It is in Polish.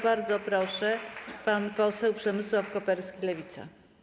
Bardzo proszę, pan poseł Przemysław Koperski, Lewica.